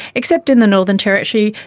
except in the northern territory,